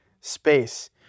space